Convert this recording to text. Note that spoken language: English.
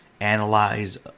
Analyze